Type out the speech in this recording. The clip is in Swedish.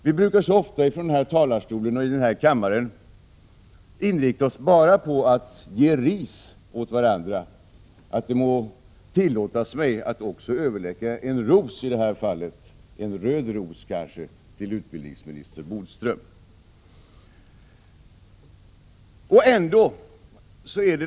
Vi brukar så ofta från talarstolen här i kammaren inrikta oss på att bara ge ris åt varandra, att det må tillåtas mig att i det här fallet också överräcka en ros — en röd ros kanske -— till utbildningsminister Bodström.